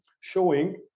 showing